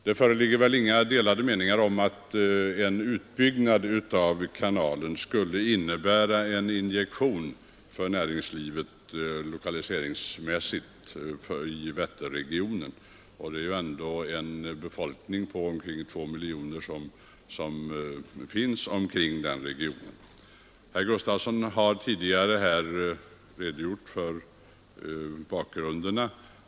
Det föreligger väl inga delade meningar om att en utbyggnad av kanalen skulle innebära en injektion för näringslivet i Vätterregionen lokaliseringsmässigt sett. Där finns ändå en befolkning av omkring två miljoner. Herr Gustafson har tidigare här redogjort för bakgrunden.